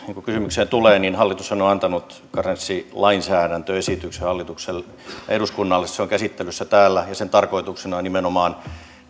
kysymykseen tulee niin hallitushan on antanut karenssilainsäädäntöesityksen eduskunnalle se on käsittelyssä täällä ja sen tarkoituksena on nimenomaan